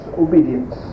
obedience